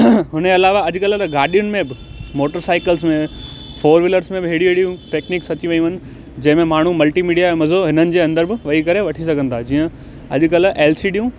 हुनजे अलावा अॼकल्ह त गाॾियुंनि में ब मोटर साइकल्स में फ़ोर व्हीलर्स में बि अहिड़ियूं अहिड़ियूं टेक्नीक्स अची वियूं आहिनि जंहिंमें माण्हू मल्टी मीडिया जो मज़ो हिननि जे अंदरि बि वेही करे वठी सघनि था जीअं अॼकल्ह एल सी डियूं